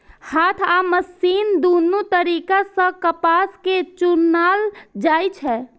हाथ आ मशीन दुनू तरीका सं कपास कें चुनल जाइ छै